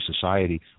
society